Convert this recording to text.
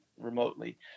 remotely